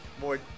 more